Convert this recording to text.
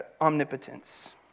omnipotence